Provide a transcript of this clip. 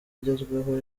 agezweho